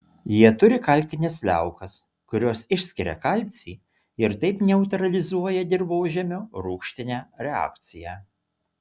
jie turi kalkines liaukas kurios išskiria kalcį ir taip neutralizuoja dirvožemio rūgštinę reakciją